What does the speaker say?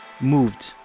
moved